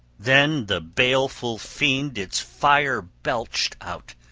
then the baleful fiend its fire belched out,